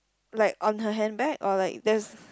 like on her handbag or like just